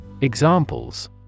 Examples